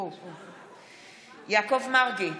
יעקב מרגי,